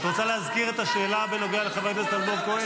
את רוצה להזכיר את השאלה בנוגע לחבר הכנסת אלמוג כהן?